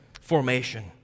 formation